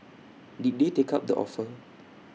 did they take up the offer